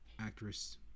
actress